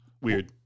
Weird